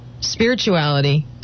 spirituality